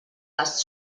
les